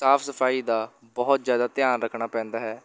ਸਾਫ ਸਫਾਈ ਦਾ ਬਹੁਤ ਜ਼ਿਆਦਾ ਧਿਆਨ ਰੱਖਣਾ ਪੈਂਦਾ ਹੈ